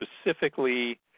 specifically